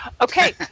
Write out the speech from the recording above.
okay